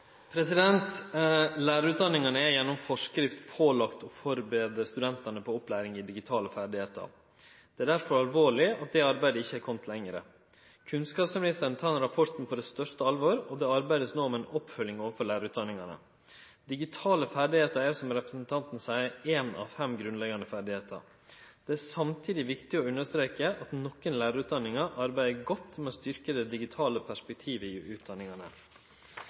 digitale ferdigheiter. Det er derfor alvorleg at det arbeidet ikkje har kome lenger. Kunnskapsministeren tek rapporten på største alvor, og det vert no arbeidd med ei oppfølging overfor lærarutdanningane. Digitale ferdigheiter er, som representanten seier, ei av fem grunnleggjande ferdigheiter. Det er samtidig viktig å understreke at nokre lærarutdanningar arbeidar godt med å styrkje det digitale perspektivet i